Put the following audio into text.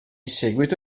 seguito